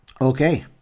Okay